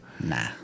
Nah